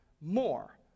more